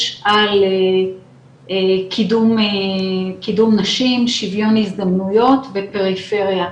על קידום נשים שיווין הזדמנויות ופריפריה,